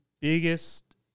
biggest